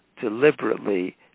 deliberately